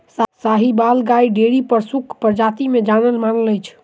साहिबाल गाय डेयरी पशुक प्रजाति मे जानल मानल अछि